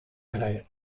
krije